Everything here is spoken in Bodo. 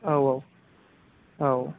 औ औ औ